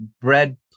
bread